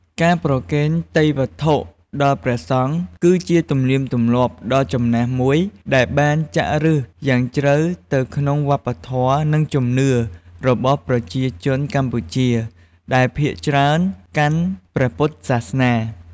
ការប្រគេនទេយ្យវត្ថុដល់ព្រះសង្ឃ គឺជាទំនៀមទម្លាប់ដ៏ចំណាស់មួយដែលបានចាក់ឫសយ៉ាងជ្រៅទៅក្នុងវប្បធម៌ និងជំនឿរបស់ប្រជាជនកម្ពុជា ដែលភាគច្រើនកាន់ព្រះពុទ្ធសាសនា។